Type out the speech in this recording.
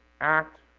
act